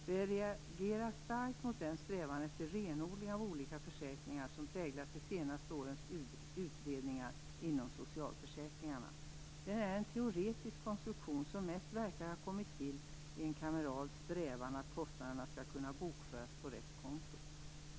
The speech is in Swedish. Vi reagerar starkt mot den strävan efter renodling av olika försäkringar som präglat de senaste årens utredningar inom socialförsäkringarna. Den är en teoretisk konstruktion, som mest verkar ha kommit till i en kameral strävan att kostnaderna skall kunna bokföras på rätt konto.